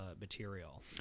material